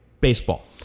Baseball